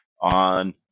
on